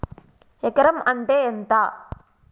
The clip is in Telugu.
ఎకరం అంటే ఎంత?